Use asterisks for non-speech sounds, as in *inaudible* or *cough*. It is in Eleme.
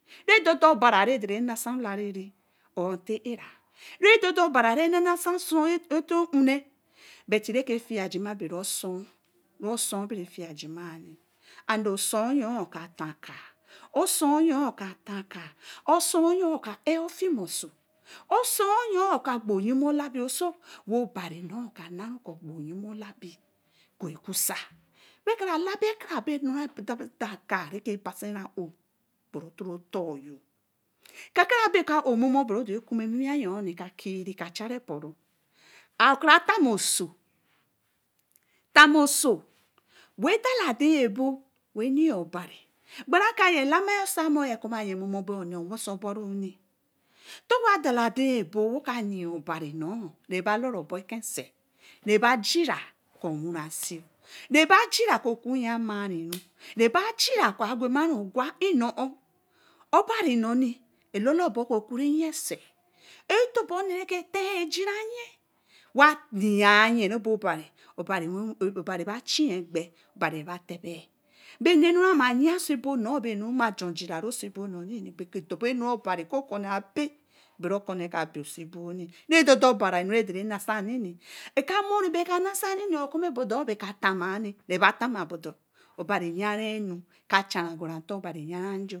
Boh dõr be ka tormaa we kra ã gita gwe gita ã bo ne omu gwe ɛbo nnee omu we kra bor we kra si otor nsa yekele we oso rekele kra boso re kpo we demainu ka torakaa neeba nti kere baa aji oku umou yaba rebẽ ɛh be ɛsacha-ɛh rebẽ ɛh be ɛdor rebẽ ɛh be ɛpii aden-ɛh because otoro ɛnu raba gbara ɛbela oso ɛbonor obarẽ k naa kɔ̃ abe-ɛh we ka tor akaa neba oso ɛbo yabã *hesitation* ei otor nsa kra beca owiwi re naa boi ɛkra bela nsa wini reke kra yii ãa yaba kna bek sawinei rekra bela nsawini reke ɛdor bor enu reke dorũ enaa kra naa oso akaa ogbere kra naa oso akaa ogbere kra bela nsawini reke resẽ juju reke en nje akaa on norni njia-ah ɛkra tor bor akaa ur o’ ontitewo bari nnorni reka mo kɔ̃ dorba aka ogberẽ reka mo kɔ̃ dorbor akaa o’ intite ka kasiba gbere kɔ̃ bari non chacha chalisi ɛnyii yii ogbosi namah nnenu-ɛh ayie momo bre intite ɛbo ntate yi and ayi momo bre ehebe kpea tite be boru ɛtor-ɛh we nto barẽ anaa demai non pumaa oka mo kɔ̃ nte bra nka naa ɛh ofima oka mo kɔ̃ oto nka re maa owi